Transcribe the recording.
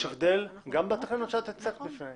יש הבדל גם בתקנות שאת הצגת בפנינו